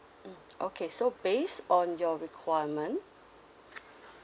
mmhmm okay so based on your requirement